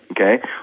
okay